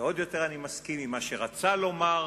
ועוד יותר אני מסכים עם מה שרצה לומר,